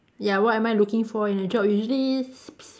ya what am I looking for in a job usually s~ p~